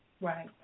Right